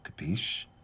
Capiche